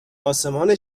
آسمان